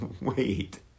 Wait